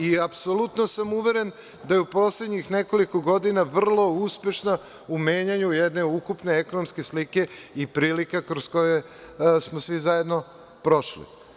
I apsolutno sam uveren da je u poslednjih nekoliko godina vrlo uspešna u menjanju jedne ukupne ekonomske slike i prilika kroz koje smo svi zajedno prošli.